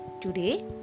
Today